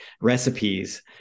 recipes